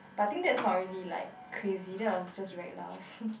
but I think that's not really like crazy that was just reckless